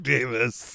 Davis